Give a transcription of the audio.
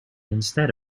instead